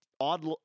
odd